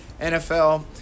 nfl